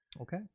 okay